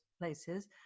places